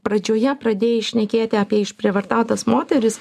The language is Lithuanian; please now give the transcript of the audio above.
pradžioje pradėjai šnekėti apie išprievartautas moteris